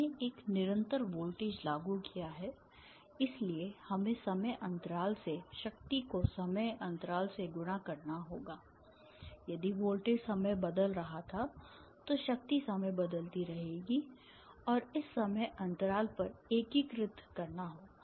हमने एक निरंतर वोल्टेज लागू किया है इसलिए हमें समय अंतराल से शक्ति को समय अंतराल से गुणा करना होगा यदि वोल्टेज समय बदल रहा था तो शक्ति समय बदलती रहेगी और इस समय अंतराल पर एकीकृत करना होगा